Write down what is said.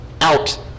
out